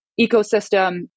ecosystem